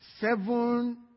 seven